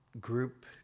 group